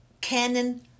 Canon